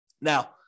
Now